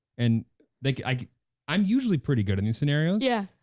and like like i'm usually pretty good in these scenarios. yeah.